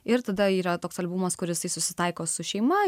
ir tada yra toks albumas kur jisai susitaiko su šeima